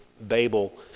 Babel